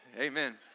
Amen